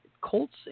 Colts